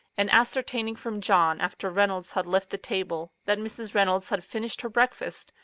and, ascertaining from john, after reynolds had left the table, that mrs. reynolds had finished her breakfast,